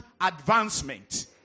advancement